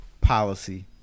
policy